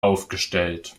aufgestellt